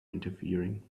interfering